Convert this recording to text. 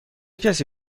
کسی